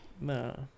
No